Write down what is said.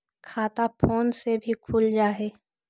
खाता फोन से भी खुल जाहै?